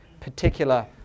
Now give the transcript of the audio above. particular